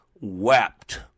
wept